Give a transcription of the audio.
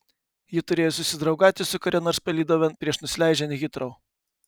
ji turėjo susidraugauti su kuria nors palydove prieš nusileidžiant hitrou